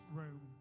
room